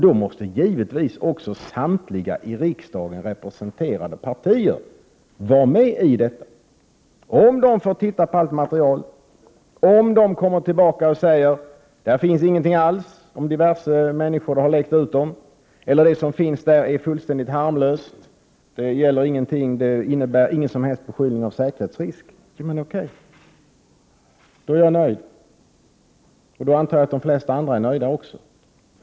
Då måste givetvis samtliga i riksdagen representerade partier vara med. Om de som ingår i denna grupp får titta på allt material, om de kommer tillbaka och säger att det inte finns någonting alls noterat om diverse människor om vilka det läckt ut att de skulle vara registrerade, eller om de säger att det som finns är fullständigt harmlöst och inte innebär någon som helst beskyllning om säkerhetsrisk, då är jag nöjd, och då antar jag att de flesta andra är nöjda.